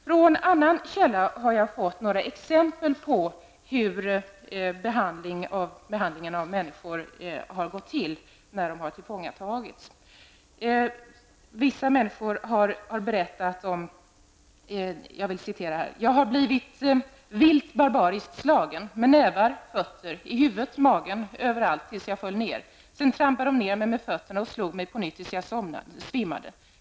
Från annan källa har jag fått några exempel på hur det har gått till när människor har tillfångatagits. Låt mig återge en berättelse: Jag har blivit vilt, barbariskt slagen med nävar och fötter i huvudet, magen, över allt, tills jag föll ner. Sedan trampade de ner mig med fötterna och slog mig på nytt tills jag svimmade.